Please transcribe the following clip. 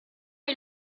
est